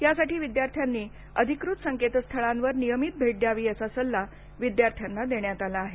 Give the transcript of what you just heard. यासाठी विद्यार्थ्यांनी अधिकृत संकेतस्थळांवर नियमित भेट द्यावी असा सल्ला विद्यार्थ्यांना देण्यात आला आहे